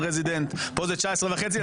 פה זה 19.5,